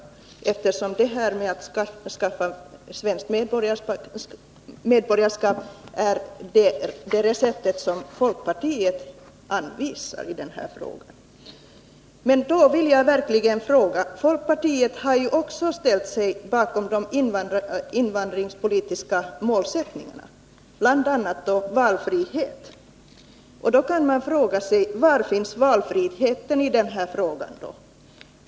Att skaffa svenskt medborgarskap är det recept som folkpartiet anvisar i den här frågan. Folkpartiet har ju också ställt sig bakom de invandrarpolitiska målsättningarna, bl.a. valfrihet. Då kan man fråga sig: Var finns valfriheten i det här sammanhanget?